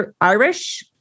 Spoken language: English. Irish